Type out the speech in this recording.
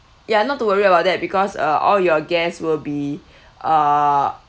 ya not to worry about that because uh all your guests will be uh